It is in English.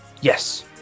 Yes